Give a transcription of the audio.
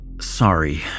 Sorry